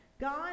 God